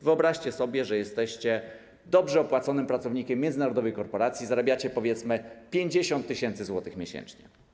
Wyobraźcie sobie, że jesteście dobrze opłacanym pracownikiem międzynarodowej korporacji, zarabiacie, powiedzmy, 50 tys. zł miesięcznie.